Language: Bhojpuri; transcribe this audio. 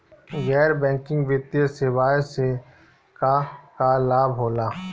गैर बैंकिंग वित्तीय सेवाएं से का का लाभ होला?